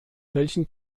welchen